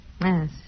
Yes